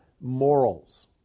morals